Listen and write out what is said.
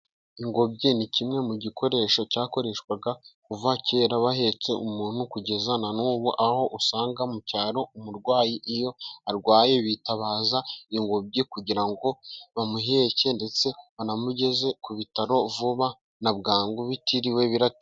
Ingobyi ni kimwe mu gikoresho cyakoreshwaga kuva kera bahetse umuntu kugeza na n'ubu aho usanga mu cyaro umurwayi iyo arwaye bitabaza ingobyi kugira ngo bamuheke ndetse banamugeze ku bitaro vuba na bwangu batiriwe biratinda.